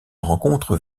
rencontre